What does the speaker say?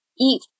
eat